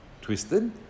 twisted